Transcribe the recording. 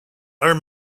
are